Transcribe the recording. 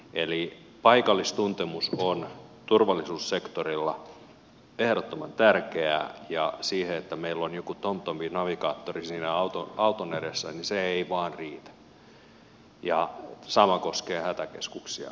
eli paikallistuntemus on turvallisuussektorilla ehdottoman tärkeää ja siihen se että meillä on joku tomtomin navigaattori siinä auton edessä ei vain riitä ja sama koskee hätäkeskuksia